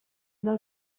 del